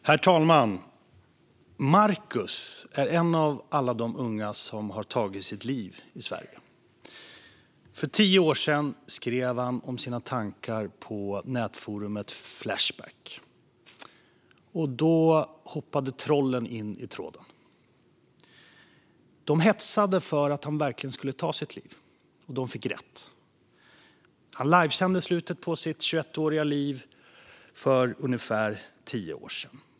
Herr talman! Marcus är en av alla de unga som har tagit sitt liv i Sverige. För tio år sedan skrev han om sina tankar på nätforumet Flashback, och då hoppade trollen in i tråden. De hetsade för att han verkligen skulle ta sitt liv, och de fick rätt. Han livesände slutet på sitt 21-åriga liv för ungefär tio år sedan.